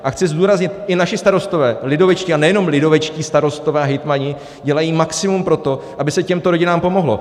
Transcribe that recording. A chci zdůraznit, i naši starostové, lidovečtí, a nejenom lidovečtí starostové a hejtmani, dělají maximum pro to, aby se těmto rodinám pomohlo.